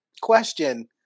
Question